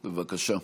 בבקשה.